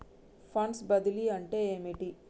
Funds బదిలీ అంటే ఏమిటి?